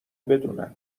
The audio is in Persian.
بدونن